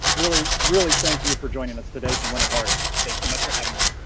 really really thank you for joining us today from winter park. thanks so much for having me.